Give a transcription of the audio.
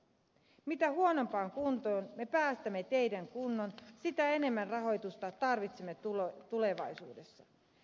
mitä huonompaan kuntoon me päästämme teiden kunnon sitä enemmän rahoitusta tarvitsemme tulevaisuudessa